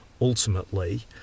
ultimately